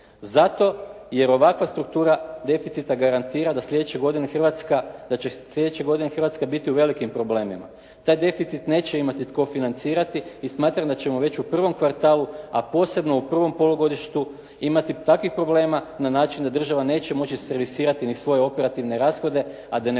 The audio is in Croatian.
Zato jer ovakva struktura deficita garantira da će sljedeće godine Hrvatska biti u velikim problemima. Taj deficit neće imati tko financirati i smatram da ćemo u prvom kvartalu, a posebno u prvom polugodištu imati takvih problema na način da država neće moći servisirati ni svoje operativne rashode, a da ne